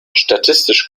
statistisch